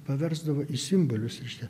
paversdavo į simbolius reiškia